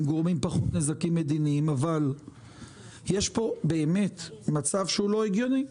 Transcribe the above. גורמים פחות נזקים מדיניים אבל יש כאן באמת מצב שהוא לא הגיוני.